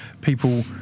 people